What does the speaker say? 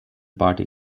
party